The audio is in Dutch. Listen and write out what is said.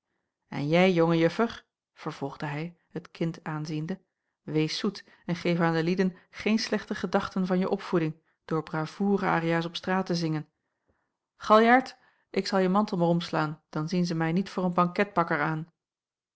en jij jonge juffer vervolgde hij het kind aanziende wees zoet en geef aan de lieden geen slechte gedachten van je opvoeding door bravour ariaas op straat te zingen galjart ik zal je mantel maar omslaan dan zien zij mij niet voor een banketbakker aan